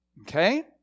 Okay